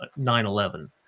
9-11